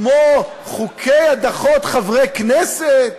כמו חוקי הדחת חברי כנסת,